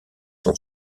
son